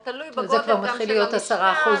תלוי בגודל, גם של המשקל.